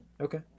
Okay